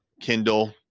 Kindle